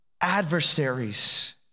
adversaries